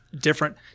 different –